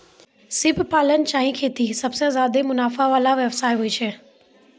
सिप पालन चाहे खेती सबसें ज्यादे मुनाफा वला व्यवसाय होय छै